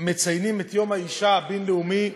מציינים את יום האישה הבין-לאומי.